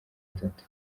itatu